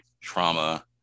trauma